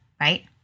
right